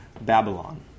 Babylon